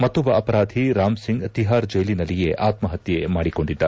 ಮತ್ತೊಬ್ಬ ಅಪರಾಧಿ ರಾಮ್ಸಿಂಗ್ ತಿಹಾರ್ ಜೈಲಿನಲ್ಲಿಯೇ ಆತ್ಮಹತ್ಯೆ ಮಾಡಿಕೊಂಡಿದ್ದ